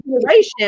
generation